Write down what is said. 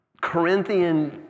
Corinthian